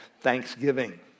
thanksgiving